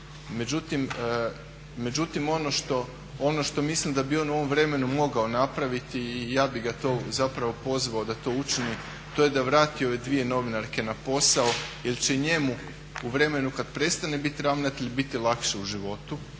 Međutim, ono što mislim da bi on u ovom vremenu mogao napraviti i ja bih ga to zapravo pozvao da to učini a to je da vrati ove dvije novinarke na posao jer će i njemu u vremenu kada prestane biti ravnatelj biti lakše u životu.